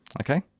Okay